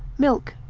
milk,